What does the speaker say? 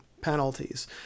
penalties